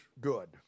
good